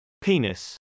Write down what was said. Penis